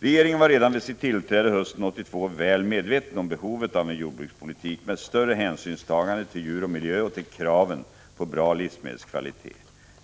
Regeringen var redan vid sitt tillträde hösten 1982 väl medveten om behovet av en jordbrukspolitik med större hänsynstagande till djur och miljö och till kraven på bra livsmedelskvalitet.